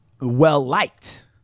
well-liked